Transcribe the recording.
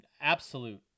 absolute